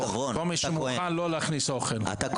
רון, אתה כהן, נכון?